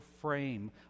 frame